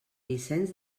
vicent